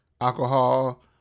alcohol